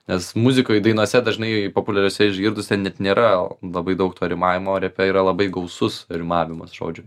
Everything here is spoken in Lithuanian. nes muzikoj dainose dažnai populiariose išgirdus ten net nėra labai daug to rimavimo repe yra labai gausus rimavimas žodžių